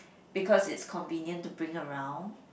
because it's convenient to bring around